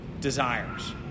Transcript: desires